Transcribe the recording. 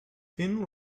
thin